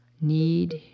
need